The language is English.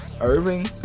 Irving